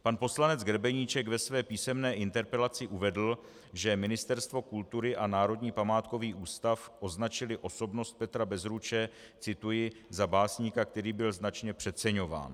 Pan poslanec Grebeníček ve své písemné interpelaci uvedl, že Ministerstvo kultury a Národní památkový ústav označily osobnost Petra Bezruče cituji za básníka, který byl značně přeceňován.